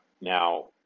now